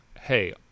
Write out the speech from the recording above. hey